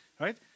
Right